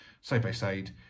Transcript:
side-by-side